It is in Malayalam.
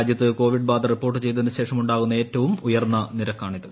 രാജൃത്ത് കോവിഡ് ബാധ റിപ്പോർട്ട് ചെയ്തതിനുശേഷം ഉണ്ടാകുന്ന ഏറ്റവും ഉയർന്ന നിരക്കാണിത്